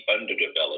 underdeveloped